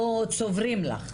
או צוברים לך?